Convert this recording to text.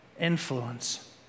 influence